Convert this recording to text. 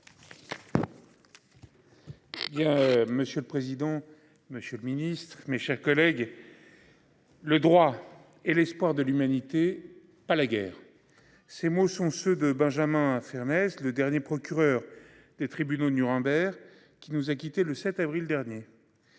monsieur le président, Monsieur le Ministre, mes chers collègues. Le droit et l'espoir de l'humanité, pas la guerre. Ces mots sont ceux de Benjamin fermer le dernier procureur des tribunaux Nuremberg qui nous a quitté le 7 avril dernier.